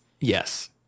Yes